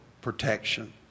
protection